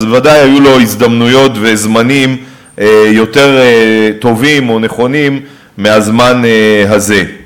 אז בוודאי היו לו הזדמנויות וזמנים יותר טובים או נכונים מהזמן הזה.